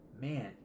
Man